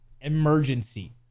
emergency